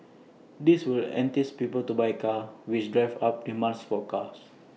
this will entice people to buy A car which drives up demands for cars